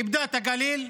איבדה את הגליל,